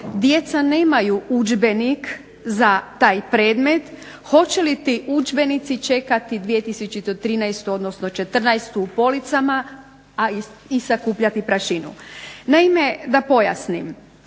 djeca nemaju udžbenik za taj predmet, hoće li ti udžbenici čekati 2013. odnosno 2014. u policama i sakupljati prašinu. Naime, da pojasnim.